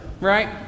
right